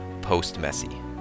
post-Messi